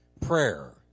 prayer